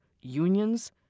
unions